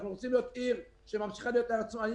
אנחנו רוצים להיות עיר שממשיכה להיות עצמאית,